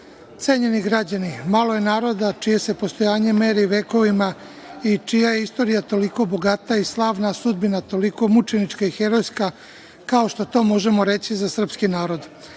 cenjeni građani, malo je naroda čije se postojanje meri vekovima i čija je istorija toliko bogata i slavna, a sudbina toliko mučenička i herojska kao što to možemo reći za srpski narod.